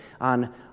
on